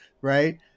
Right